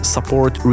Support